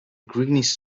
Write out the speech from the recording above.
greenish